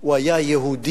הוא היה יהודי